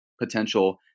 potential